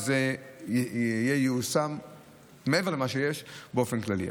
וזה ייושם מעבר למה שיש באופן כללי.